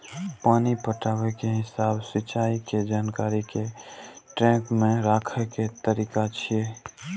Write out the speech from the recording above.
पानि पटाबै के हिसाब सिंचाइ के जानकारी कें ट्रैक मे राखै के तरीका छियै